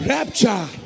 Rapture